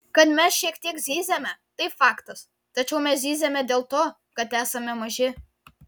kad mes šiek tiek zyziame tai faktas tačiau mes zyziame dėl to kad esame maži